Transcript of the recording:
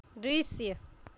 दृश्य